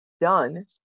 done